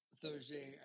Thursday